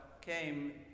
came